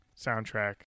soundtrack